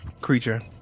creature